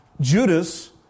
Judas